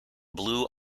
blue